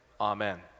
Amen